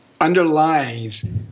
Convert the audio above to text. underlies